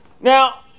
Now